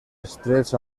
estrets